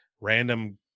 random